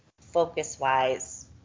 focus-wise